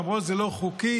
למרות שזה לא חוקי.